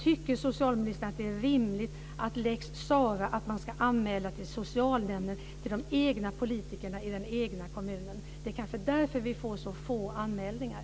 Tycker socialministern att det är rimligt att man ska anmäla lex Sarah-fall till socialnämnden, till politikerna i den egna kommunen? Det kanske är därför vi får så få anmälningar.